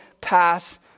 pass